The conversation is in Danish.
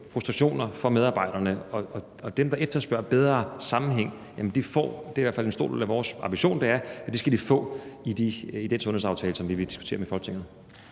frustrationer for medarbejderne. Og i forhold til dem, der efterspørger en bedre sammenhæng – det er i hvert fald en stor del af vores ambition – skal de få det i den sundhedsaftale, som vi er ved at diskutere med Folketinget.